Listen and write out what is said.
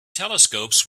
telescopes